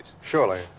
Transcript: Surely